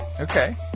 Okay